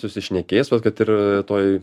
susišnekės vat kad ir toj